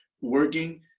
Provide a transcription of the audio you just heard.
working